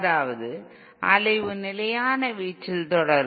அதாவது அலைவு நிலையான வீச்சில் தொடரும்